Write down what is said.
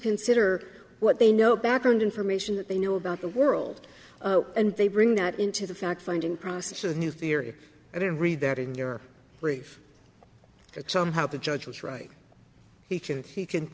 consider what they know background information that they knew about the world and they bring that into the fact finding process a new theory i don't read that in your brief but somehow the judge was right he can you can